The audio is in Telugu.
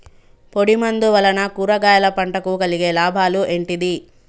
పొడిమందు వలన కూరగాయల పంటకు కలిగే లాభాలు ఏంటిది?